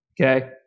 okay